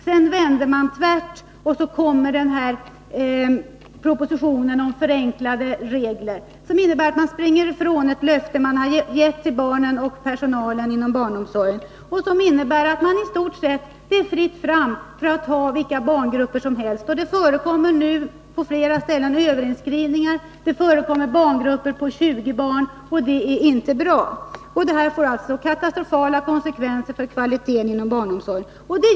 Sedan vände man tvärt, och så kom propositionen om förenklade regler, som innebar att man sprang ifrån ett löfte man har gett till barnen och personalen inom barnomsorgen. Detta innebär att det i stort sett blir fritt fram för att ha vilka barngrupper som helst. Det förekommer nu på flera ställen överinskrivning. Det förekommer barngrupper på 20 barn, och det är inte bra. Detta får alltså katastrofala konsekvenser för kvaliteten inom barnomsorgen.